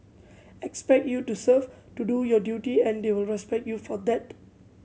expect you to serve to do your duty and they will respect you for that